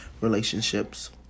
relationships